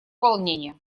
волнения